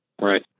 Right